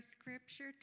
scripture